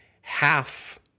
half